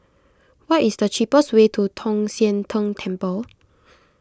what is the cheapest way to Tong Sian Tng Temple